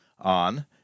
on